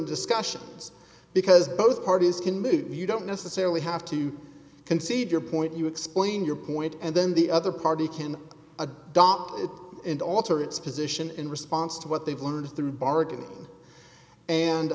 discussions because both parties can move you don't necessarily have to concede your point you explain your point and then the other party can adopt it and alter its position in response to what they've learned through bargain and